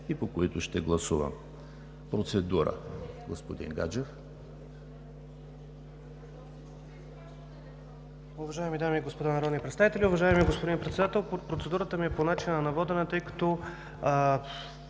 и по които ще гласуваме. Процедура – господин Гаджев.